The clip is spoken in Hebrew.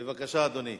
בבקשה, אדוני.